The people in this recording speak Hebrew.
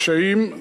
קשיים.